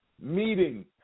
meeting